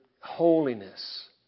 holiness